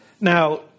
Now